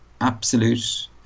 absolute